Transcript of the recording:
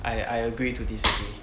I I agree to disagree